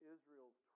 Israel's